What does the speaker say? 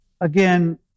Again